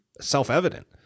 self-evident